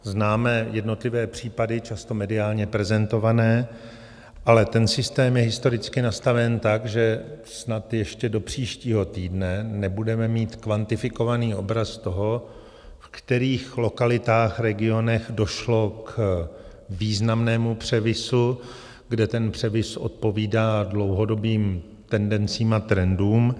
Známe jednotlivé případy, často mediálně prezentované, ale systém je historicky nastaven tak, že snad ještě do příštího týdne nebudeme mít kvantifikovaný obraz toho, v kterých lokalitách, regionech došlo k významnému převisu, kde ten převis odpovídá dlouhodobým tendencím a trendům.